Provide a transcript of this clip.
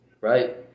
right